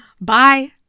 bye